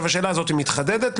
השאלה הזאת מתחדדת,